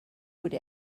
would